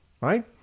Right